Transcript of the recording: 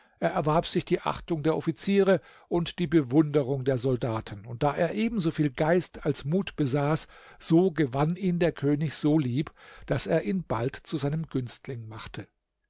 erwarb sich die achtung der offiziere und die bewunderung der soldaten und da er ebenso viel geist als mut besaß so gewann ihn der könig so lieb daß er ihn bald zu seinem günstling machte